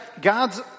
God's